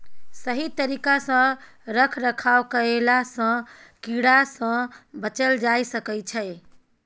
सही तरिका सँ रख रखाव कएला सँ कीड़ा सँ बचल जाए सकई छै